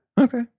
Okay